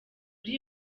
muri